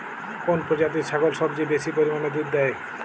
কোন প্রজাতির ছাগল সবচেয়ে বেশি পরিমাণ দুধ দেয়?